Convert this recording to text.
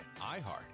iheart